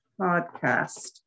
podcast